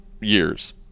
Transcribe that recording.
years